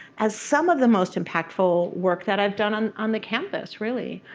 as some of the most impactful work that i've done on on the campus, really,